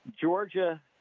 Georgia